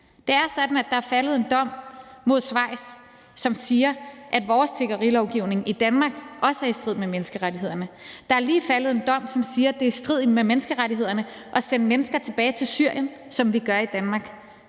Det er sådan, at der er faldet en dom mod Schweiz, som siger, at vores tiggerilovgivning i Danmark også er i strid med menneskerettighederne. Der er lige faldet en dom, som siger, at det er i strid med menneskerettighederne at sende mennesker tilbage til Syrien, som vi gør i Danmark.